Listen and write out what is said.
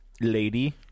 lady